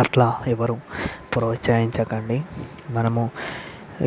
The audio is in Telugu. అట్లా ఎవరు ప్రోత్సహించకండి మనము